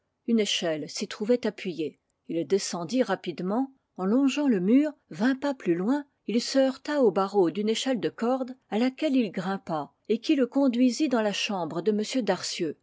une échelle s'y trouvait appuyée il descendit rapidement en longeant le mur vingt pas plus loin il se heurta aux barreaux d'une échelle de corde à laquelle il grimpa et qui le conduisit dans la chambre de